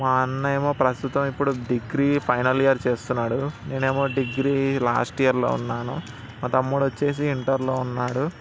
మా అన్నేమో ప్రస్తుతం ఇప్పుడు డిగ్రీ ఫైనల్ ఇయర్ చేస్తున్నాడు నేనేమో డిగ్రీ లాస్ట్ ఇయర్లో ఉన్నాను మా తమ్ముడు వచ్చేసి ఇంటర్లో ఉన్నాడు